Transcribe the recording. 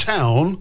Town